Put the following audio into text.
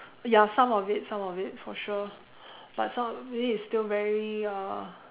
ya some of it some of it for sure but some of it is still very uh